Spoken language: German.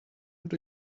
und